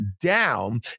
down